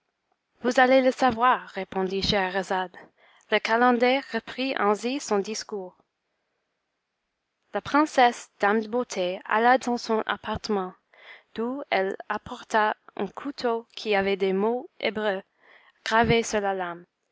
vous allez le savoir répondit scheherazade le calender reprit ainsi son discours la princesse dame de beauté alla dans son appartement d'où elle apporta un couteau qui avait des mots hébreux gravés sur la lame